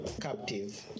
captive